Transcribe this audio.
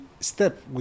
step